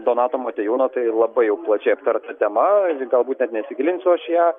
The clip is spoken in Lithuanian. donato motiejūno tai labai jau plačiai aptarta tema galbūt net nesigilinsiu aš į ją